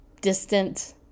distant